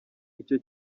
icyo